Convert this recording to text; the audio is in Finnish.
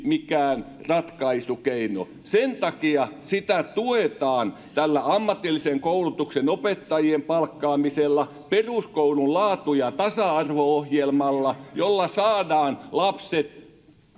mikään ratkaisukeino sen takia sitä tuetaan tällä ammatillisen koulutuksen opettajien palkkaamisella peruskoulun laatu ja tasa arvo ohjelmalla jolla saadaan lapset